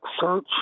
search